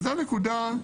זאת הנקודה.